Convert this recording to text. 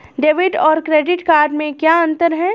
Debit और credit में क्या अंतर है?